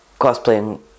cosplaying